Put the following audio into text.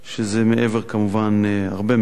שזה מעבר, כמובן, הרבה מעבר,